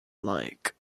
alike